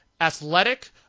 athletic